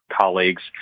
colleagues